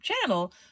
channel